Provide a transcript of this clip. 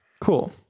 Cool